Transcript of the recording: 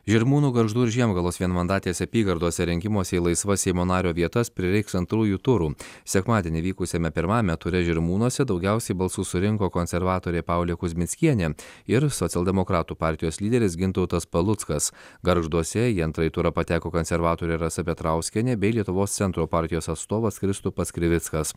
žirmūnų gargždų ir žiemgalos vienmandatėse apygardose rinkimuose į laisvas seimo nario vietas prireiks antrųjų turų sekmadienį vykusiame pirmajame ture žirmūnuose daugiausiai balsų surinko konservatorė paulė kuzmickienė ir socialdemokratų partijos lyderis gintautas paluckas gargžduose į antrąjį turą pateko konservatorė rasa petrauskienė bei lietuvos centro partijos atstovas kristupas krivickas